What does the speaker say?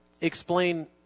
explain